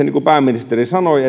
niin kuin pääministeri sanoi